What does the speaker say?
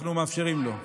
אנחנו מאפשרים לו.